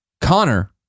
Connor